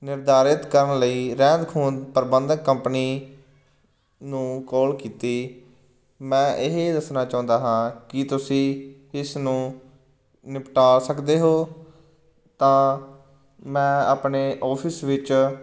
ਨਿਰਧਾਰਿਤ ਕਰਨ ਲਈ ਰਹਿੰਦ ਖੂੰਹਦ ਪ੍ਰਬੰਧ ਕੰਪਣੀ ਨੂੰ ਕੌਲ ਕੀਤੀ ਮੈਂ ਇਹ ਦੱਸਣਾ ਚਾਹੁੰਦਾ ਹਾਂ ਕਿ ਤੁਸੀਂ ਇਸ ਨੂੰ ਨਿਪਟਾ ਸਕਦੇ ਹੋ ਤਾਂ ਮੈਂ ਆਪਣੇ ਓਫਿਸ ਵਿੱਚ